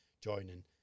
joining